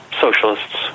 socialists